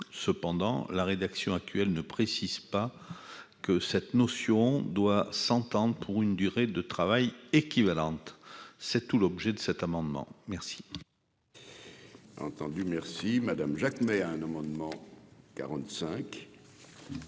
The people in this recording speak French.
cependant la rédaction actuelle ne précise pas que cette notion doit s'entendent pour une durée de travail équivalente, c'est tout l'objet de cet amendement, merci.